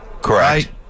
Correct